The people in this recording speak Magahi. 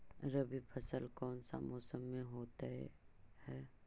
रवि फसल कौन सा मौसम में होते हैं?